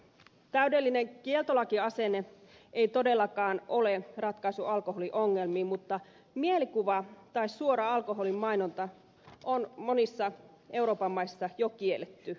täydellinen kieltolakiasenne ei todellakaan ole ratkaisu alkoholiongelmiin mutta mielikuva tai suora alkoholin mainonta on monissa euroopan maissa jo kielletty